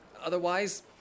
otherwise